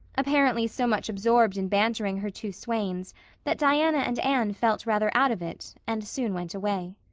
apparently so much absorbed in bantering her two swains that diana and anne felt rather out of it and soon went away.